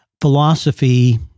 philosophy